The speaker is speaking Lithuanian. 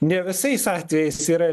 ne visais atvejais yra